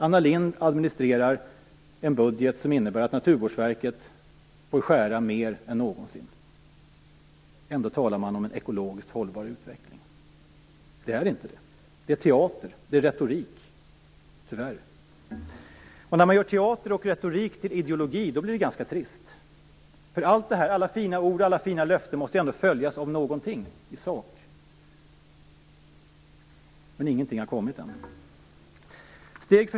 Anna Lindh administrerar en budget som innebär att Naturvårdsverket får skära mer än någonsin. Ändå talar man om en ekologiskt hållbar utveckling. Det är inte det. Det är teater och retorik, tyvärr. När man gör teater och retorik till ideologi blir det ganska trist. Alla fina ord och alla fina löften måste ändå följas av någonting i sak. Men ingenting har ännu kommit.